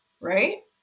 right